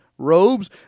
robes